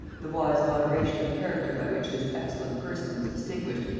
the wise moderation of character by which this excellent person was distinguished,